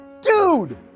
Dude